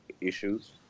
issues